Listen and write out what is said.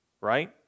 right